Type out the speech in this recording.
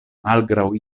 malgraŭ